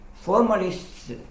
Formalists